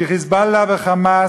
כי "חיזבאללה" ו"חמאס",